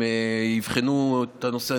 הם יבחנו את הנושא.